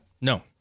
No